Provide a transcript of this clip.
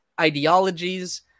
ideologies